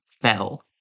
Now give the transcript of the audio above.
fell